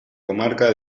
comarca